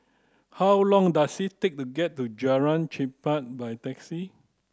how long does it take to get to Jalan Chempah by taxi